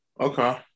Okay